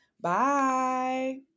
Bye